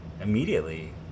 immediately –